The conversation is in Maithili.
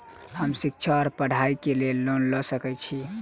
हम शिक्षा वा पढ़ाई केँ लेल लोन लऽ सकै छी?